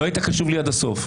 לא היית קשוב לי עד הסוף.